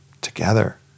together